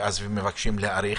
ומבקשים להאריך